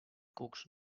cucs